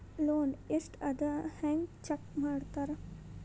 loan ಎಷ್ಟ್ ಅದ ಹೆಂಗ್ ಚೆಕ್ ಮಾಡ್ತಾರಾ